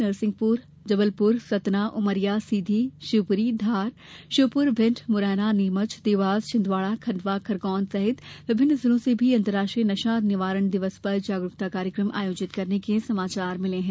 नरसिंहपुर जबलपुर सतना उमरिया सीधी शिवपुरी धार श्योपुर भिण्ड मुरैना नीमच देवास छिंदवाडा खंडवा खरगोन होशंगाबाद सहित विभिन्न जिलों से भी अंतर्राष्ट्रीय नशा निवारण दिवस पर जागरूकता कार्यक्रम आयोजित करने के समाचार मिले हैं